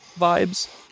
vibes